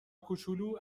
کوچولو